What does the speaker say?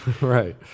Right